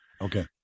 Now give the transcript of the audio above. Okay